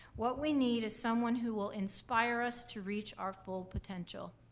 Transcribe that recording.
what we need is someone who will inspire us to reach our full potential,